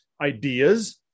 ideas